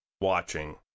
watching